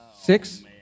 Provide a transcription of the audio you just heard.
Six